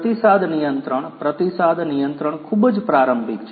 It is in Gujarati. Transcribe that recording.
પ્રતિસાદ નિયંત્રણ પ્રતિસાદ નિયંત્રણ ખૂબ જ પ્રારંભિક છે